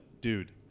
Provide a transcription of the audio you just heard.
dude